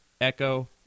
echo